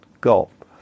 gulf